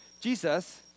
Jesus